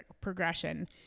progression